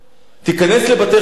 תיכנס לבתי-חולים,